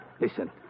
listen